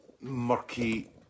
Murky